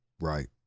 Right